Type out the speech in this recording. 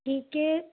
ठीक है